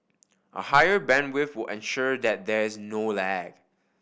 a higher bandwidth will ensure that there is no lag